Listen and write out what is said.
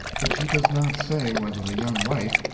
but she does not say whether the young wife,